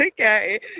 okay